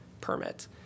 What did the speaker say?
permit